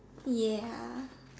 ya